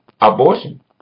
abortion